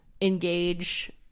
engage